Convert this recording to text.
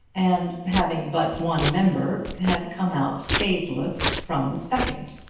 and having but one member had come out scatheless from the second.